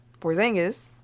Porzingis